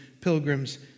pilgrims